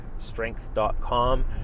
strength.com